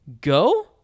go